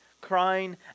crying